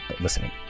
listening